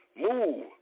Move